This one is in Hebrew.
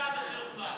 בושה וחרפה.